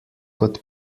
kot